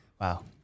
Wow